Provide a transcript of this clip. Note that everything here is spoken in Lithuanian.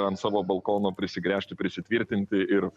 ant savo balkono prisigręžti prisitvirtinti ir